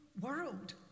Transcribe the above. world